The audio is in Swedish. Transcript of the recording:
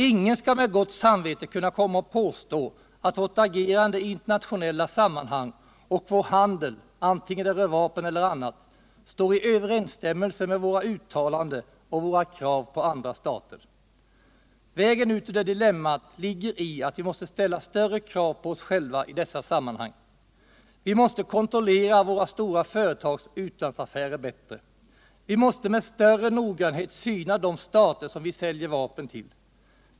Ingen skall med gott samvete kunna komma och påstå att vårt agerande i internationella sammanhang och vår handel, antingen det rör vapen eller annat, står i överensstämmelse med våra uttalanden och våra krav på andra stater. Vägen ut ur det dilemmat ligger i att vi måste ställa större krav på oss själva i dessa sammanhang. Vi måste kontrollera våra stora företags utlandsaffärer bättre. Vi måste med större noggrannhet syna de stater som vi säljer vapen till.